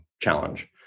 challenge